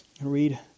read